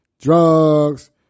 drugs